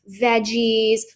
veggies